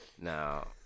Now